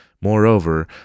Moreover